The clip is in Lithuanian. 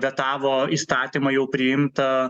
vetavo įstatymą jau priimtą